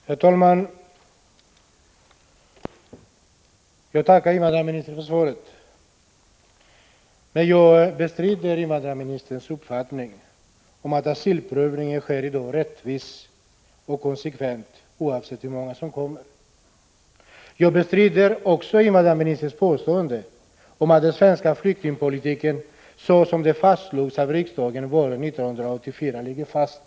Herr talman! Jag tackar invandrarministern för svaret, men jag bestrider invandrarministerns uppfattning att asylprövningen i dag är rättvis och konsekvent, oavsett hur många som kommer. Jag bestrider också invandrarministerns påstående att den svenska flyktingpolitiken såsom den fastslogs av riksdagen våren 1984 ligger fast.